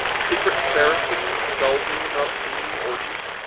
secret saracens indulging in obscene orgies?